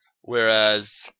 whereas